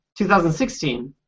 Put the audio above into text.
2016